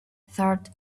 thought